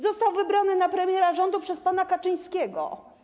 Został wybrany na premiera rządu przez pana Kaczyńskiego.